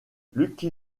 lucky